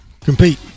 compete